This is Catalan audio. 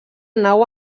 nau